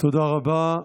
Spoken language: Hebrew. תודה רבה.